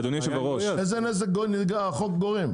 איזה נזק החוק גורם?